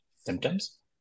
symptoms